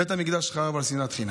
בית המקדש חרב על שנאת חינם.